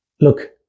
look